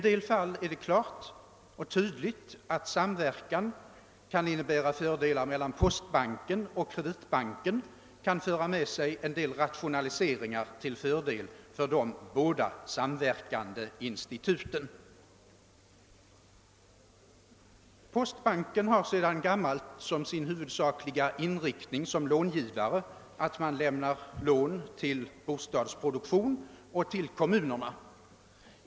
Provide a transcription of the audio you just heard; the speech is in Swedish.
Däremot är det klart och tydligt att en samverkan mellan postbanken och Kreditbanken kan möjliggöra en del rationaliseringar till fördel för de båda samverkande instituten. Postbanken har sedan gammalt inriktat sin långivning huvudsakligen på bostadsproduktionen och kommunerna.